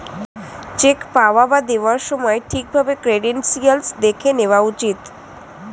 check পাওয়া বা দেওয়ার সময় ঠিক ভাবে ক্রেডেনশিয়াল্স দেখে নেওয়া উচিত